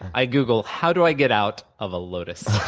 i google, how do i get out of a lotus,